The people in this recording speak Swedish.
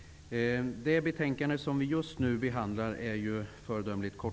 Tack!